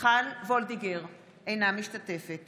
אינה משתתפת